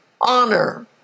honor